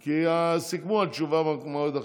כי סיכמו על תשובה במועד אחר.